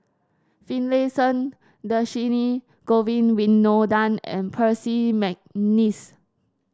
Finlayson Dhershini Govin Winodan and Percy McNeice